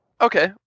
Okay